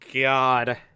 God